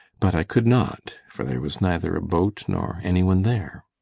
but i could not for there was neither a boat nor anyone there.